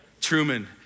Truman